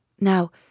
Now